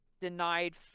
denied